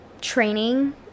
training